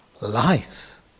life